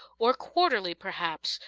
or quarterly, perhaps,